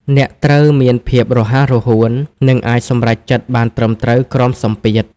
អ្នកត្រូវតែមានភាពរហ័សរហួន និងអាចសម្រេចចិត្តបានត្រឹមត្រូវក្រោមសម្ពាធ។